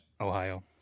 Ohio